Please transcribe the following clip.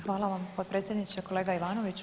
Hvala vam potpredsjedniče, kolega Ivanoviću.